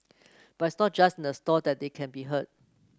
but it's not just in the store that they can be heard